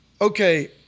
Okay